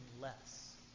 less